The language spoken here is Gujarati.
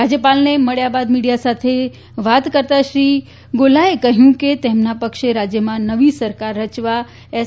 રાજ્યપાલને મળ્યા બાદ મીડિયા સાથે વાત કરતા શ્રી ગોયલે જણાવ્યું કે તેમના પક્ષે રાજ્યમાં નવી સરકાર રચવા એસ